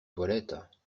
toilettes